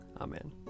Amen